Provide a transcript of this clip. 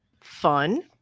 fun